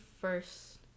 first